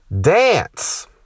Dance